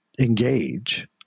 engage